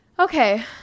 Okay